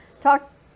Talk